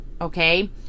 okay